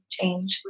change